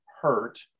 hurt